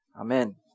Amen